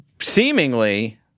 seemingly